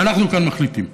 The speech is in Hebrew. ואנחנו כאן מחליטים.